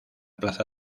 plaza